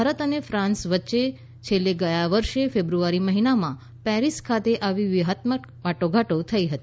ભારત અને ફ્રાંસ વચ્ચે છેલ્લે ગયા વર્ષે ફેબ્રુઆરી મહિનામાં પેરીસ ખાતે આવી વ્યૂહાત્મક વાટાઘાટો થઇ હતી